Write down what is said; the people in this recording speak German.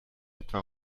etwa